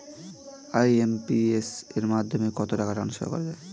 IMPS এর মাধ্যমে কত টাকা ট্রান্সফার করা যায়?